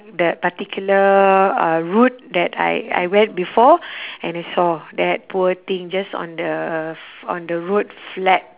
that particular uh route that I I went before and I saw that poor thing just on the f~ on the road flat